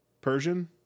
Persian